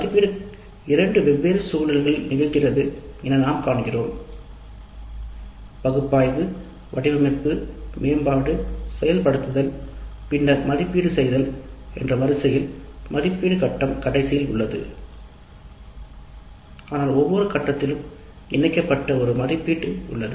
மதிப்பீடு இரண்டு வெவ்வேறு சூழல்களில் நிகழ்கிறது என நாம் காண்கிறோம் பகுப்பாய்வு வடிவமைப்பு மேம்பாடு செயல்படுத்துதல் பின்னர் மதிப்பீடு செய்தல் என்ற வரிசையில் மதிப்பீட்டு கட்டம் கடைசியில் உள்ளது ஒவ்வொரு கட்டத்திலும் இணைக்கப்பட்ட ஒரு மதிப்பீடு உள்ளது